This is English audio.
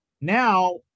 now